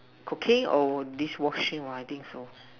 cooking or dish washing or I think so